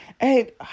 Hey